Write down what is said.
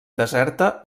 deserta